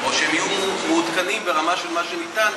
או שהם יהיו מעודכנים ברמה של מה שניתן,